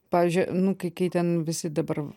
pavyzdžiui nu kai kai ten visi dabar